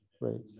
right